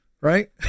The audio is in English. right